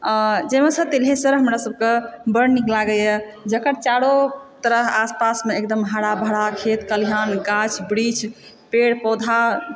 आओर जाहिमे सॅं तिलहेश्वर हमरा सबके बड नीक लागैया जेकर चारों तरफ़ आस पासमे एकदम हरा भरा खेत खलिहान गाछ वृक्ष पेड़ पौधा